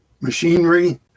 machinery